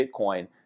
Bitcoin